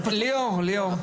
ליאור,